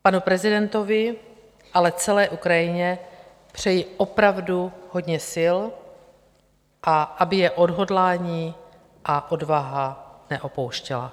Panu prezidentovi, ale celé Ukrajině přeji opravdu hodně sil, a aby je odhodlání a odvaha neopouštěly.